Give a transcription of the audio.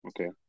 okay